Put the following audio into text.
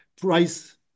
price